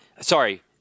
Sorry